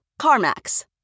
CarMax